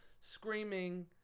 screaming